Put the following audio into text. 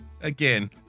Again